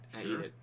Sure